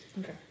Okay